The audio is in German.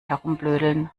herumblödeln